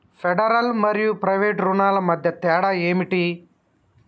Federal మరియు private రుణాల మధ్య తేడా ఏమిటి?